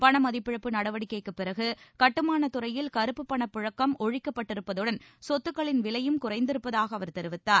பணமதிப்பிழப்பு நடவடிக்கைக்குப் பிறகு கட்டுமானத் துறையில் கருப்புப்பண புழக்கம் ஒழிக்கப்பட்டிருப்பதுடன் சொத்துக்களின் விலையும் குறைந்திருப்பதாக அவர் தெரிவித்தார்